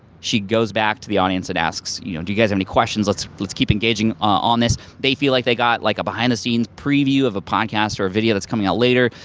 she goes back to the audience and you and you guys have any questions, let's let's keep engaging on this. they feel like they got like a behind-the-scenes preview of a podcast or a video that's coming out later,